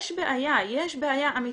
יש בעיה, יש בעיה אמתית.